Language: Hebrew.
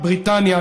בריטניה,